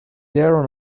there